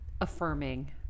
affirming